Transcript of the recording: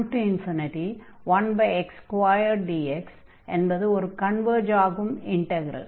11x2dx என்பது ஒரு converge ஆகும் இன்டக்ரல்